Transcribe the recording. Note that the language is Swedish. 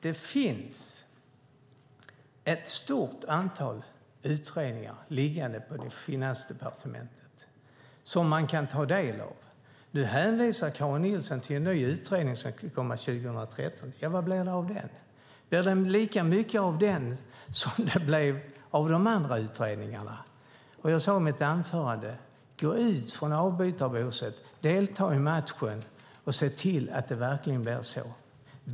Det finns ett stort antal utredningar liggande på Finansdepartementet som man kan ta del av. Nu hänvisar Karin Nilsson till en ny utredning som ska komma 2013. Vad blir det av den? Blir det lika mycket av den som det blev av de andra utredningarna? Jag upprepar det som jag sade i mitt anförande: Gå ut från avbytarbåset, delta i matchen och se till att det verkligen blir så.